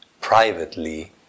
privately